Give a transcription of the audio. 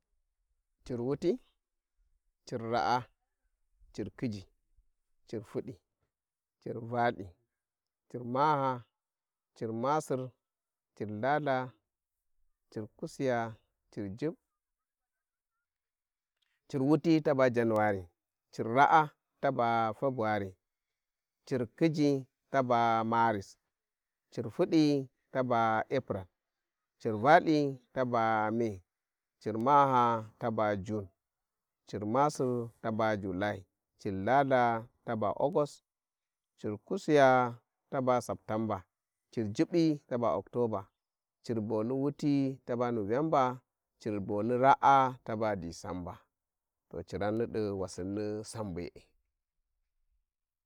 ﻿Cir wuti, cir ra`a, Cirkhiji, cir fudi cirvalthe Cir Maha, Cir masir, Cir lhatha, cir kusiya Cir jubbi, cir, Cir wuti taba January, Cir raa tabi February Cir khiji taba Maris dir hidi taba April Cir Valthi taba May- Cir maha taba June Cir masir taba July, Cir Lhalka taba August Cir kusiya taba septembą cir jubibu taba octobar Cin boni wuti taba Novemba, Cir Goni raa taba Disamba to ciran nidi wassini Sam be`e.